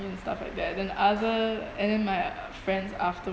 and stuff like that then other and then my friends after